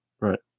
Right